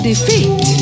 Defeat